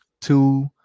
Two